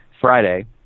Friday